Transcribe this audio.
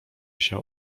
się